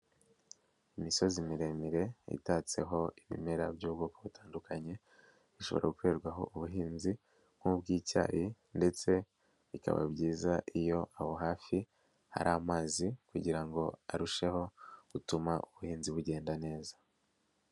Imisozi miremire itatseho ibimera by'ubwoko butandukanye, ishobora gukorerwaho ubuhinzi nk'ubw'icyayi ndetse bikaba byiza iyo aho hafi hari amazi kugira ngo arusheho gutuma ubuhinzi bugenda neza.